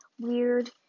weird